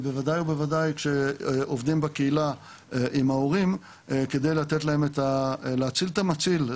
ובוודאי ובוודאי כשעובדים בקהילה עם ההורים כדי להציל את המציל,